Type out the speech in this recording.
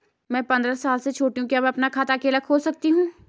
मैं पंद्रह साल से छोटी हूँ क्या मैं अपना खाता अकेला खोल सकती हूँ?